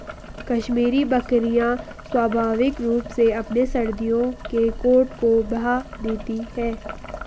कश्मीरी बकरियां स्वाभाविक रूप से अपने सर्दियों के कोट को बहा देती है